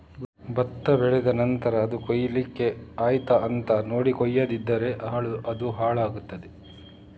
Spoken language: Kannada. ಭತ್ತ ಬೆಳೆದ ನಂತ್ರ ಅದು ಕೊಯ್ಲಿಕ್ಕೆ ಆಯ್ತಾ ಅಂತ ನೋಡಿ ಕೊಯ್ಯದಿದ್ರೆ ಅದು ಹಾಳಾಗ್ತಾದೆ